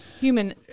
human